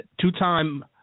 two-time